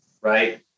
right